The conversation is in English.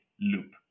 loop